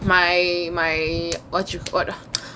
my my what you what